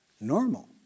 normal